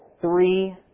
three